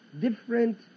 different